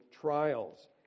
trials